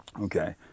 Okay